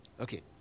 Okay